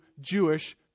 Jewish